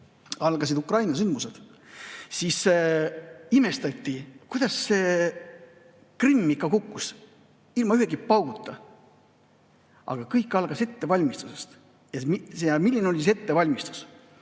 algasid Ukraina sündmused, siis imestati, kuidas Krimm kukkus ilma ühegi pauguta. Aga kõik algas ettevalmistusest. Ja milline oli see ettevalmistus?